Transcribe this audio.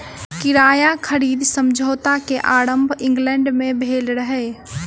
किराया खरीद समझौता के आरम्भ इंग्लैंड में भेल रहे